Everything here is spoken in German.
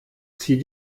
zieh